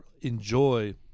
enjoy